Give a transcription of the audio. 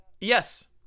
yes